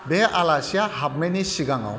बे आलासिया हाबनायनि सिगाङाव